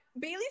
Bailey